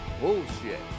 Bullshit